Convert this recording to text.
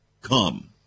come